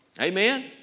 Amen